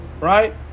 right